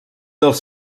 dels